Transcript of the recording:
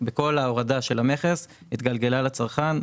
כל ההורדה של המכס התגלגלה לצרכן.